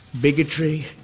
bigotry